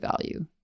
value